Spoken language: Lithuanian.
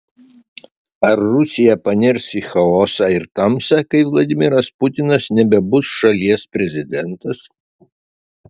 ar rusija panirs į chaosą ir tamsą kai vladimiras putinas nebebus šalies prezidentas